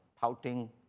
pouting